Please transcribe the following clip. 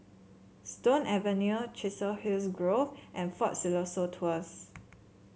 Stone Avenue Chiselhurst Grove and Fort Siloso Tours